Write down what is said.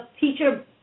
teacher